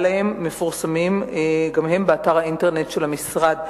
להם מתפרסמים גם הם באתר האינטרנט של המשרד.